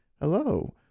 hello